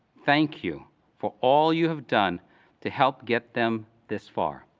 thank you for all you have done to help get them this far,